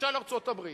למשל ארצות-הברית,